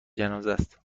جنازهست